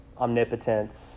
omnipotence